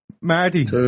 Marty